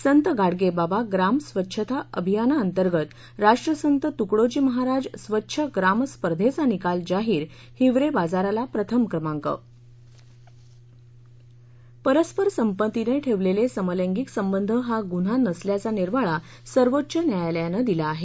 संत गाडगेबाबा ग्राम स्वच्छता अभियानाअंतर्गत राष्ट्रसंत तुकडोजी महाराज स्वच्छ ग्राम स्पर्धेचा निकाल जाहीर हिवरेबाजारला प्रथम क्रमांक परस्पर समतीनं ठेवलेले समलैंगिक संबंध हा गुन्हा नसल्याचा निर्वाळा सर्वोच्च न्यायालयानं दिला आहे